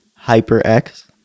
HyperX